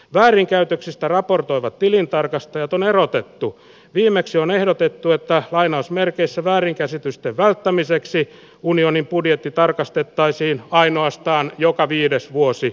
väärinkäytöksistä raportoivat tilintarkastajat on erotettu viimeksi on ehdotettu että lainausmerkeissä väärinkäsitysten välttämiseksi unionin budjetti tarkastettaisiin ainoastaan joka viides vuosi